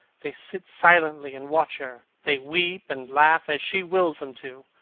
they sit silently and watch her. they weep and laugh as she wills them to